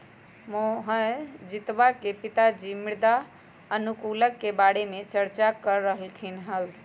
मोहजीतवा के पिताजी मृदा अनुकूलक के बारे में चर्चा कर रहल खिन हल